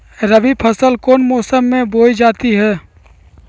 रबी फसल कौन मौसम में बोई जाती है?